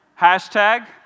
Hashtag